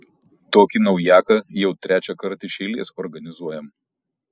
tokį naujaką jau trečiąkart iš eilės organizuojam